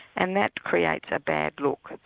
and that creates a bad look.